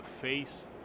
face